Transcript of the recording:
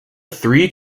three